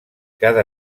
cada